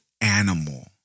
animal